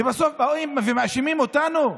ובסוף באים ומאשימים אותנו?